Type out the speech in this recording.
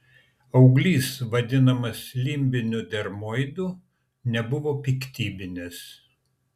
auglys vadinamas limbiniu dermoidu nebuvo piktybinis